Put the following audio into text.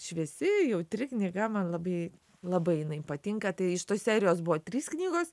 šviesi jautri knyga man labai labai jinai patinka tai iš tos serijos buvo trys knygos